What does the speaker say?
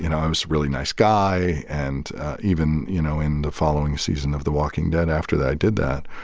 you know i was a really nice guy. and even, you know, in the following season of the walking dead after that i did that,